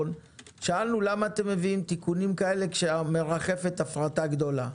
למה אתם מביאים תיקונים כאלה כשמרחפת הפרטה גדולה.